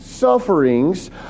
Sufferings